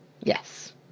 Yes